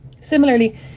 Similarly